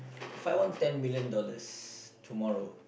find one ten million dollars tomorrow